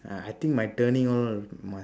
I think my turning all must